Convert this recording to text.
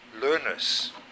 Learners